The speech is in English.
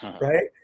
right